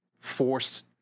force